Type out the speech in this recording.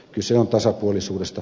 kyse on tasapuolisuudesta